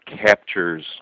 captures